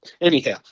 Anyhow